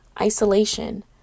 Isolation